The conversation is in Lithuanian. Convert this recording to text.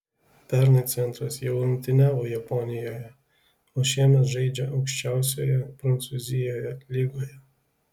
pernai centras jau rungtyniavo japonijoje o šiemet žaidžia aukščiausioje prancūzijoje lygoje